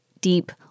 deep